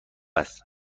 است